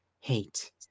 Hate